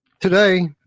Today